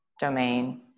domain